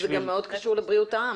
זה גם מאוד קשור לבריאות האם.